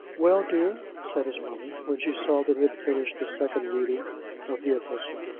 well, dear? said his mother, when she saw that he had finished the second reading of the epistle.